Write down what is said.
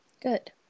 Good